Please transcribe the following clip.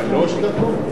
שלוש דקות?